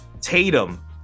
Tatum